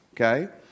Okay